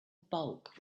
bulk